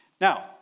Now